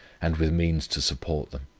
and with means to support them.